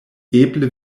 eble